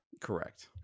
Correct